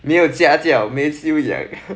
没有家教没修养